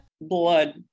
Blood